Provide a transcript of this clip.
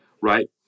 right